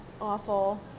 awful